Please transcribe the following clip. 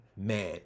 man